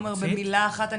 עומר במילה אחת.